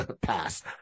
pass